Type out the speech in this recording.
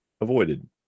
avoided